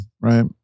right